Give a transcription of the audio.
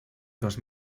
dos